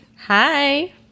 hi